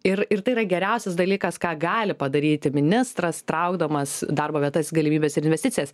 ir ir tai yra geriausias dalykas ką gali padaryti ministras traukdamas darbo vietas galimybes ir investicijas